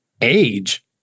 Age